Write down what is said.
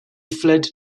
fled